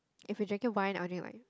if we drinking wine I'll drink like